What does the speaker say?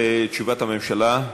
תשובת הממשלה,